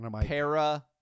Para